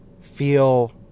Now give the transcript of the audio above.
feel